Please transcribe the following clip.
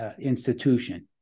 institution